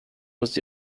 was